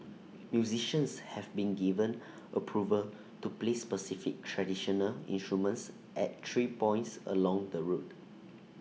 musicians have been given approval to play specified traditional instruments at three points along the route